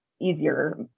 easier